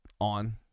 on